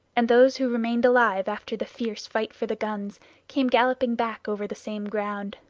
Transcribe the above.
and those who remained alive after the fierce fight for the guns came galloping back over the same ground.